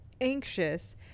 anxious